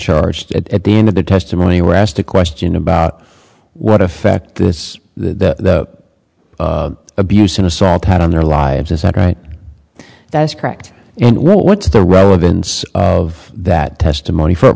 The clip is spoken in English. charged at the end of the testimony were asked a question about what effect this the abuse and assault had on their lives is that right that's correct and what's the relevance of that testimony for